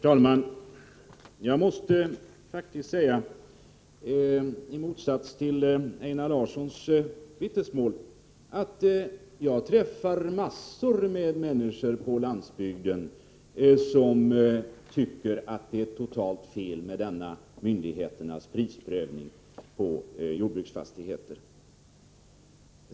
Herr talman! Jag måste faktiskt säga, i motsats till Einar Larssons vittnesmål, att jag träffar massor av människor på landsbygden som tycker att det är totalt fel med denna myndigheternas prisprövning på jordbruksfastigheter.